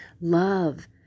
love